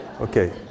Okay